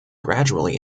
gradually